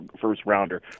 first-rounder